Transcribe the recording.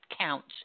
counts